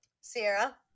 Sierra